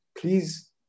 please